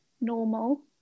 normal